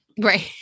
Right